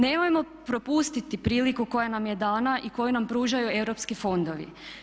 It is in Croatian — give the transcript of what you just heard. Nemojmo propustiti priliku koja nam je dana i koju nam pružaju europski fondovi.